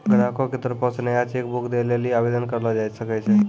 ग्राहको के तरफो से नया चेक बुक दै लेली आवेदन करलो जाय सकै छै